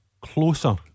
closer